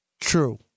true